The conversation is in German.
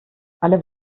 alle